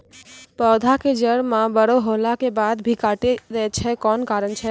पौधा के जड़ म बड़ो होला के बाद भी काटी दै छै कोन कारण छै?